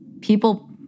people